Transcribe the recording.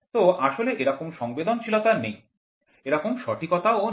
তো আসলে এরকম সংবেদনশীলতা নেই এরকম সঠিকতা ও নেই